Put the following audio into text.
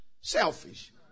selfish